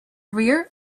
rear